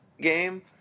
game